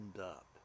up